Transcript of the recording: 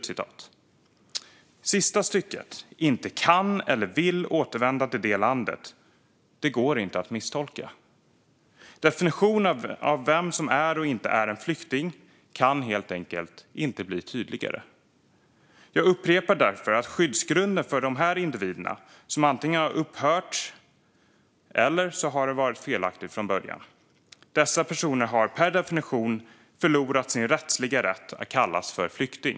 De avslutande orden, "inte kan eller vill återvända till det landet", går inte att misstolka. Definitionen av vem som är och inte är flykting kan helt enkelt inte bli tydligare. Jag upprepar därför att skyddsgrunden för de här individerna antingen upphört eller varit felaktig från början. Dessa personer har per definition förlorat sin rättsliga rätt att kallas för flykting.